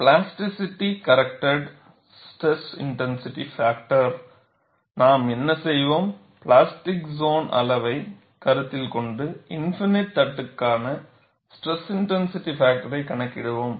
plasticity corrected SIF நாம் என்ன செய்வோம் பிளாஸ்டிக் சோன் அளவைக் கருத்தில் கொண்டு இன்ஃபினிட் தட்டுக்கான ஸ்ட்ரெஸ் இன்டென்சிட்டி பாக்டர்யைக் கணக்கிடுவோம்